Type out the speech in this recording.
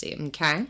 Okay